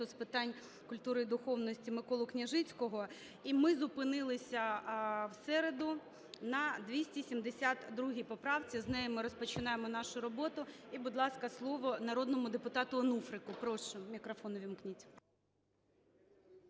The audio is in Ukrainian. з питань культури і духовності Миколу Княжицького. І ми зупинилися в середу на 272 поправці, з неї ми розпочинаємо нашу роботу. І, будь ласка, слово народному депутату Онуфрику, прошу. Мікрофон увімкніть.